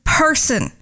person